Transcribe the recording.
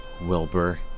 Wilbur